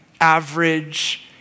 average